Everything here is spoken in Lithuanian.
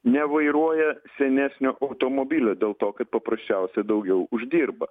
nevairuoja senesnio automobilio dėl to kad paprasčiausiai daugiau uždirba